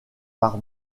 par